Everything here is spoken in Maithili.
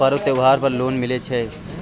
पर्व त्योहार पर लोन मिले छै?